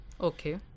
Okay